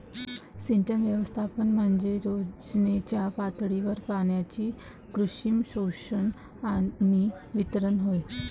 सिंचन व्यवस्थापन म्हणजे योजनेच्या पातळीवर पाण्याचे कृत्रिम शोषण आणि वितरण होय